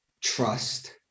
trust